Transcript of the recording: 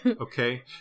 Okay